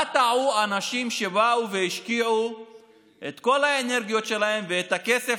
במה טעו האנשים שבאו והשקיעו את כל האנרגיות שלהם ואת הכסף